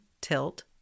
tilt